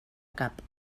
cap